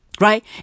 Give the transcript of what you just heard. right